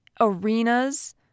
arenas